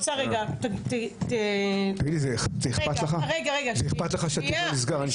תגיד לי, זה אכפת לך שהתיק לא נסגר?